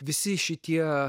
visi šitie